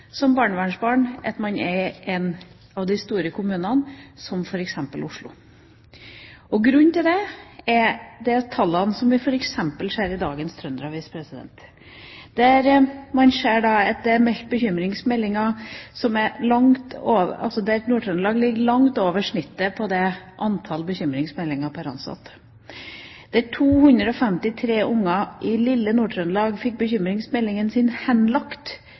som barnevernsbarn er i en av de store kommunene, som f.eks. Oslo. Grunnen til dette er tallene vi ser f.eks. i Trønder-Avisa i dag. Der ser man at antall bekymringsmeldinger pr. ansatt i Nord-Trøndelag ligger langt over snittet. 253 barn i lille Nord-Trøndelag fikk bekymringsmeldingen sin henlagt